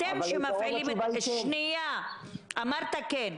אתם נשמעים כמו מדינת עולם שלישי במצב שבו בישראל של 2020 הכול מקוון.